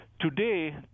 Today